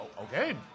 okay